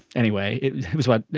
anyway, it was what?